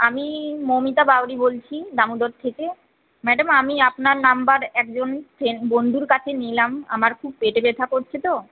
আমি মৌমিতা বাউরি বলছি দামোদর থেকে ম্যাডাম আমি আপনার নাম্বার একজন বন্ধুর কাছে নিলাম আমার খুব পেটে ব্যাথা করছে তো